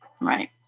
Right